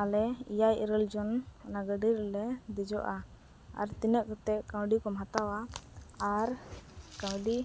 ᱟᱞᱮ ᱮᱭᱟᱭ ᱤᱨᱟᱹᱞ ᱡᱚᱱ ᱚᱱᱟ ᱜᱟᱹᱰᱤ ᱨᱮᱞᱮ ᱫᱮᱡᱚᱜᱼᱟ ᱟᱨ ᱛᱤᱱᱟᱹᱜ ᱠᱟᱛᱮᱫ ᱠᱟᱹᱣᱰᱤ ᱠᱚᱢ ᱦᱟᱛᱟᱣᱟ ᱟᱨ ᱠᱟᱹᱣᱰᱤ